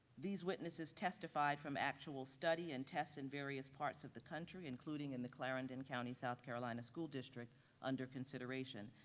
these witnesses testified from actual study and tests in various parts of the country, including in the clarendon county, south carolina school district under consideration.